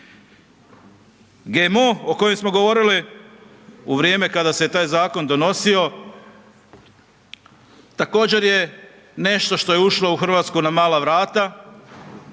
GMO o kojem smo govorili u vrijeme kada se taj zakon donosio, također je nešto što je ušlo u Hrvatsku na mala vrata